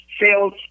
sales